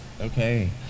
Okay